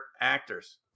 actors